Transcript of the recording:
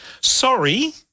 Sorry